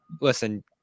listen